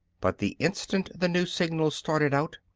but the instant the new signal started out,